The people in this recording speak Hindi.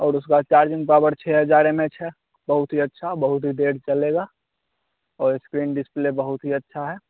और उसका चार्जिंग पावड़ छ हजार एम एच है बहुत ही अच्छा बहुत ही देर चलेगा और स्क्रीन डिस्प्ले बहुत ही अच्छा है